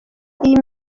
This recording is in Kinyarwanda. iyi